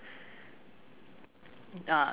ah